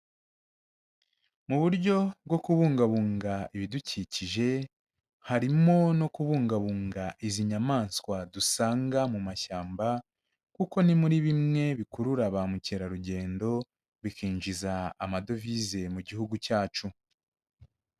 Mu buryo bwo kubungabunga ibidukikije, harimo no kubungabunga izi nyamaswa dusanga mu mashyamba kuko ni muri bimwe bikurura ba mukerarugendo, bikinjiza amadovize mu gihugu cyacu.